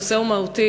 הנושא הוא מהותי.